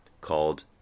called